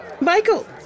Michael